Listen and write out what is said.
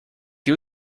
you